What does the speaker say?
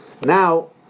Now